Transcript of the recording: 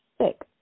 sick